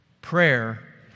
Prayer